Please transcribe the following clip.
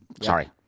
Sorry